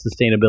Sustainability